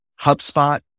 HubSpot